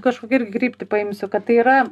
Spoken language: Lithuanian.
kažkokią irgi kryptį paimsiu kad tai yra